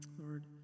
Lord